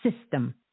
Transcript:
system